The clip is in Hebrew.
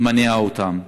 מניעה אותם.